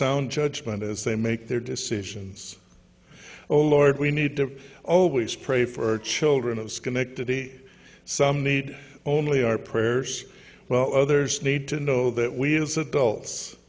sound judgment as they make their decisions oh lord we need to always pray for children of schenectady some need only our prayers well others need to know that we as adults